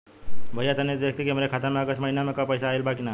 भईया तनि देखती की हमरे खाता मे अगस्त महीना में क पैसा आईल बा की ना?